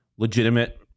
Legitimate